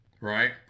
Right